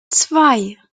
zwei